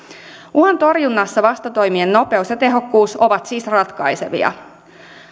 uhan torjunnassa vastatoimien nopeus ja tehokkuus ovat siis ratkaisevia